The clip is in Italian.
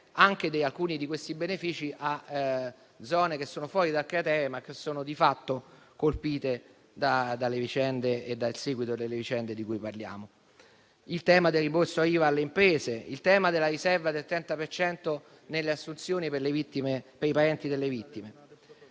di alcuni di questi benefici a zone che sono fuori dal cratere, ma che sono di fatto colpite da tali vicende e dal seguito delle vicende di cui parliamo. Ci sono poi il tema del rimborso IVA alle imprese e quello della riserva del 30 per cento nelle assunzioni per i parenti delle vittime.